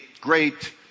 great